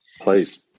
Please